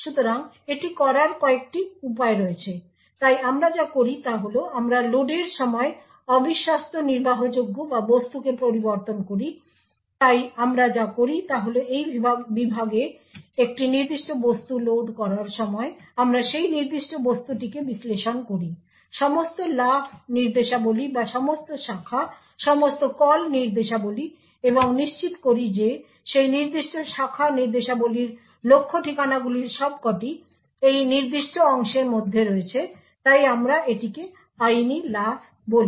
সুতরাং এটি করার কয়েকটি উপায় রয়েছে তাই আমরা যা করি তা হল আমরা লোডের সময় অবিশ্বস্ত নির্বাহযোগ্য বা বস্তুকে পরিবর্তন করি তাই আমরা যা করি তা হল এই বিভাগে একটি নির্দিষ্ট বস্তু লোড করার সময় আমরা সেই নির্দিষ্ট বস্তুটিকে বিশ্লেষণ করি সমস্ত লাফ নির্দেশাবলী বা সমস্ত শাখা সমস্ত কল নির্দেশাবলী এবং নিশ্চিত করি যে সেই নির্দিষ্ট শাখা নির্দেশাবলীর লক্ষ্য ঠিকানাগুলির সবকটি এই নির্দিষ্ট অংশের মধ্যে রয়েছে তাই আমরা এটিকে আইনি লাফ বলি